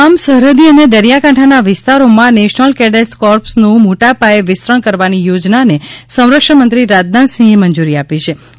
તમામ સરહદી અને દરિયાકાંઠાના વિસ્તારોમાં નેશનલ કેડેટ્સ કોર્પ્સનું મોટાપાયે વિસ્તરણ કરવાની યોજનાને સંરક્ષણમંત્રી રાજનાથસિંહે મંજૂરી આપી હિ